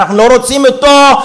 אנחנו לא רוצים אותו.